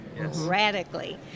radically